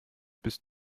bist